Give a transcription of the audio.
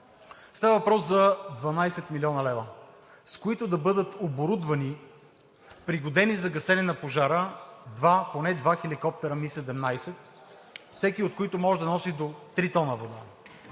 Става въпрос за 12 млн. лв., с които да бъдат оборудвани, пригодени за гасене на пожара поне два хеликоптера Ми-17, всеки от които може да носи до 3 тона вода,